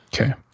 Okay